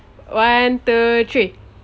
one two three